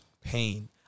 pain